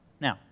Now